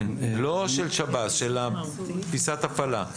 לא של שב"ס, של תפיסת ההפעלה.